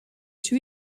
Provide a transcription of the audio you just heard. two